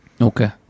Okay